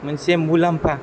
मोनसे मुलाम्फा